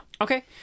Okay